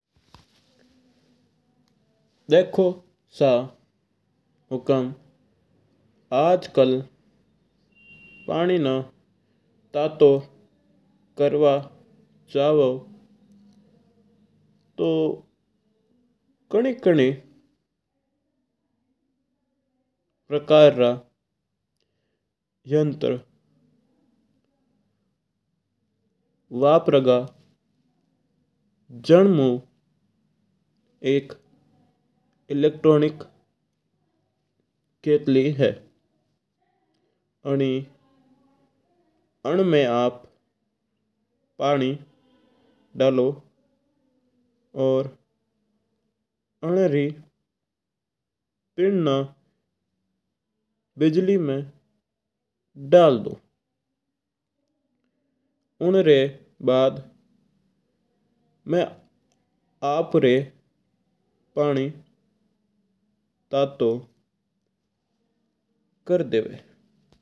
देखो सा हुक्म आजकल पानी ना तातू करवां चाहू तो कइ कइ प्रकार का यंत्र वापरगा। जिनमुएक इलेक्ट्रॉनिक कटली है। अनमा आप पानी डालो और अनरी पिन ना बिजली मैं डाल दो अनरी बाद मैं आपरी पानी तातू कर देवा।